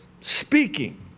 speaking